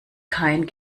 kein